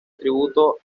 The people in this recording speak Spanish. tributo